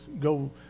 go